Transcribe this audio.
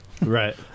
Right